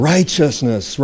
Righteousness